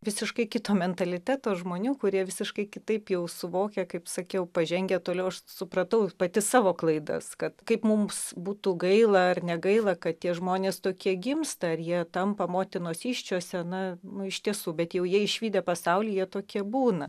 visiškai kito mentaliteto žmonių kurie visiškai kitaip jau suvokia kaip sakiau pažengę toliau aš supratau pati savo klaidas kad kaip mums būtų gaila ar negaila kad tie žmonės tokie gimsta ar jie tampa motinos įsčiose na na iš tiesų bet jau jie išvydę pasaulį jie tokie būna